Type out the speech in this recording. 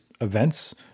events